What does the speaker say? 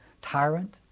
tyrant